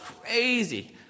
crazy